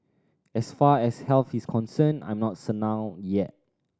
as far as health is concerned I'm not senile yet